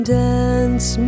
dance